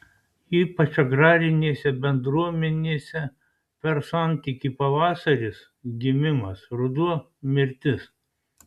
ypač agrarinėse bendruomenėse per santykį pavasaris gimimas ruduo mirtis